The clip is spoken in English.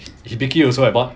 hibiki also I bought